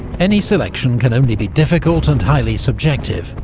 any selection can only be difficult and highly subjective,